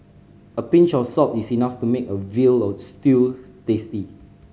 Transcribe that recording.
a pinch of salt is enough to make a veal of stew tasty